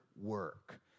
work